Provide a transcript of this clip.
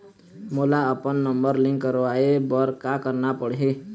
मोला अपन number link करवाये बर का करना पड़ही?